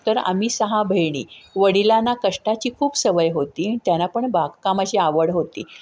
तर आम्ही सहा बहिणी वडिलांना कष्टाची खूप सवय होती त्यांना पण बागकामाची आवड होती